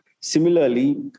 Similarly